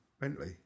Bentley